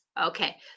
Okay